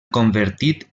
convertit